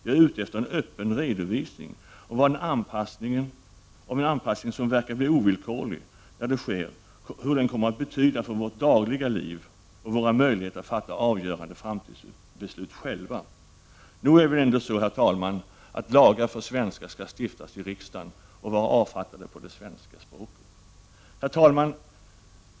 Jag är ute efter en öppen redovisning av vad en anpassning, som verkar bli ovillkorlig när den sker, kommer att betyda för vårt dagliga liv och våra möjligheter att fatta avgörande framtidsbeslut själva. Nog är det väl så, herr talman, att lagar för svenskar skall stiftas i riksdagen och vara avfattade på det svenska språket. Herr talman!